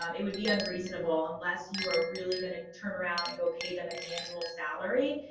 um it would be unreasonable unless you are really going to turn around and go pay them an annual salary,